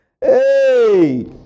Hey